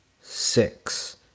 six